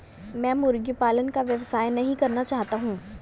मैं मुर्गी पालन का व्यवसाय नहीं करना चाहता हूँ